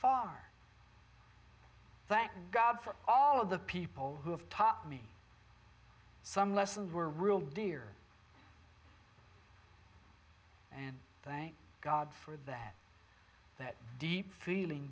far thank god for all of the people who have taught me some lessons were real dear and thank god for that that deep feeling